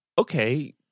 Okay